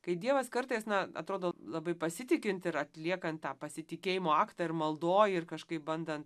kai dievas kartais na atrodo labai pasitikinti ir atliekant tą pasitikėjimo aktą ir maldoj ir kažkaip bandan